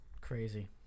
Crazy